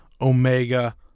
Omega